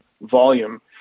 volume